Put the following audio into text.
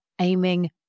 aiming